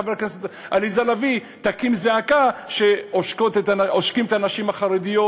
חברת הכנסת עליזה לביא תקים זעקה שעושקים את הנשים החרדיות